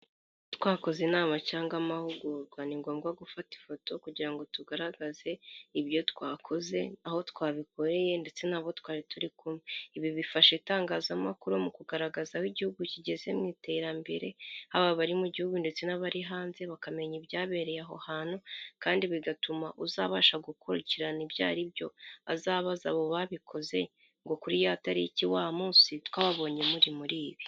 Twakoze inama cyangwa amahugurwa ni ngombwa gufata ifoto kugira ngo tugaragaze ibyo twakoze, aho twabikoreye ndetse n'abo twari turi kumwe. Ibi bifasha itangazamakuru mu kugaragaza aho Igihugu kigeze mu iterambere, haba abari mu Gihugu ndetse n'abari hanze bakamenya ibyabereye aho hantu, kandi bigatuma uzabasha gukurikirana ibyo aribyo azabaza abo babikoze ngo kuri ya tariki wa munsi twababonye muri muri ibi.